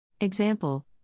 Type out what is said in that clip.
Example